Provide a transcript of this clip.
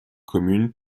communes